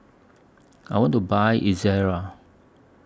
I want to Buy Ezerra